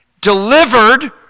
delivered